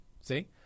See